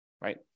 right